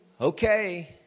Okay